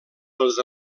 pels